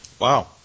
Wow